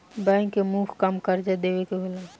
bank के मुख्य काम कर्जा देवे के होला